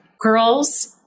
Girls